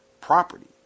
Property